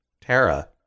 Tara